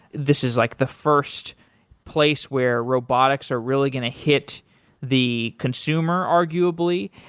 this is like the first place where robotics are really going to hit the consumer arguably,